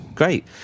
great